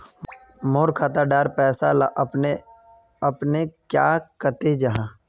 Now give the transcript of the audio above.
मोर खाता डार पैसा ला अपने अपने क्याँ कते जहा?